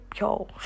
yo